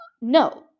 No